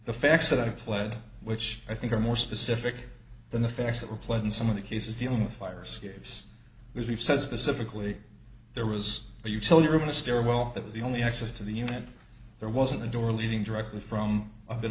the facts that i pled which i think are more specific than the facts that were played in some of the cases dealing with fire scares we've said specifically there was a utility room in a stairwell that was the only access to the unit there wasn't a door leading directly from a bit